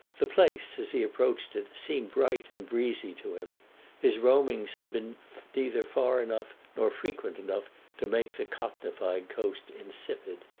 the place, as he approached it, seemed bright and breezy to him his roamings had been neither far enough nor frequent enough to make the cockneyfied coast insipid.